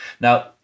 Now